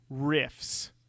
riffs